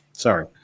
Sorry